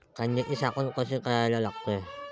कांद्याची साठवन कसी करा लागते?